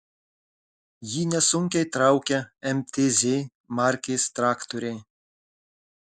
jį nesunkiai traukia mtz markės traktoriai